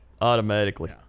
automatically